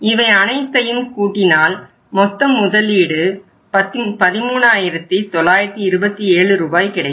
இவை அனைத்தையும் கூட்டினால் மொத்தம் முதலீடு 13927 ரூபாய் கிடைக்கும்